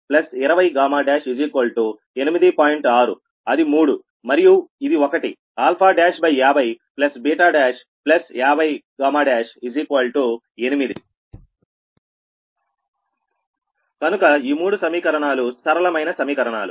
6అది మూడు మరియు ఇది ఒకటి 5050 8 కనుక ఈ మూడు సమీకరణాలు సరళమైన సమీకరణాలు